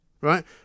right